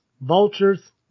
vultures